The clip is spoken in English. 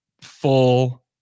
full